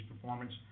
performance